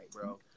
bro